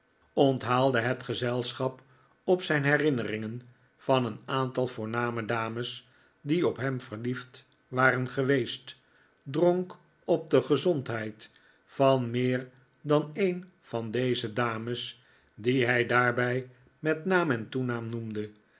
onthaalde het gezelschap op zijn herinneringen van een aantal voorname dames die op hem verliefd waren geweest dronk op de gezondheid van meer dan een van deze dames die hij daarbij met naam en toenaam noemde